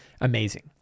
Amazing